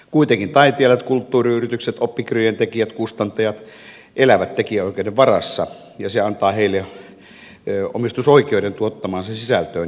kuitenkin taiteilijat kulttuuriyritykset oppikirjojen tekijät kustantajat elävät tekijänoikeuden varassa ja se antaa heille omistusoikeuden tuottamaansa sisältöön ja siitä maksun